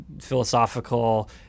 philosophical